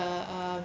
uh uh